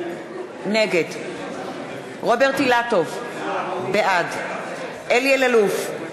נגד רוברט אילטוב, בעד אלי אלאלוף,